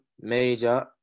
major